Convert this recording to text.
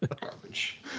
Garbage